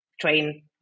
train